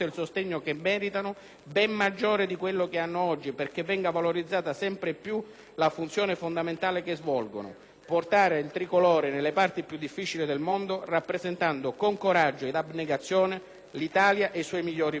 ben maggiore di quello che hanno oggi, perché venga valorizzata sempre più la funzione fondamentale che svolgono: portare il Tricolore nelle parti più difficili del mondo, rappresentando con coraggio e abnegazione l'Italia e i suoi migliori valori.